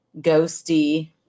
ghosty